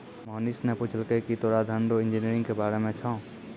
मोहनीश ने पूछलकै की तोरा धन रो इंजीनियरिंग के बारे मे छौं?